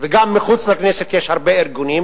וגם מחוץ לכנסת יש הרבה ארגונים.